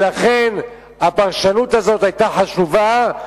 ולכן הפרשנות הזאת היתה חשובה.